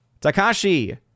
Takashi